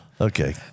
Okay